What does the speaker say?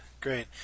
Great